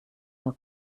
herr